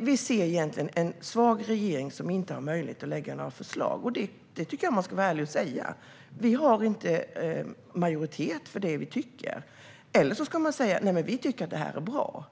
Vi ser egentligen en svag regering som inte har möjlighet att lägga fram några förslag. Det tycker jag att man ska vara ärlig och säga: Vi har inte majoritet för det vi tycker. Eller så ska man säga: Vi tycker att det är bra.